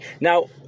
Now